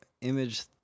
image